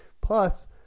Plus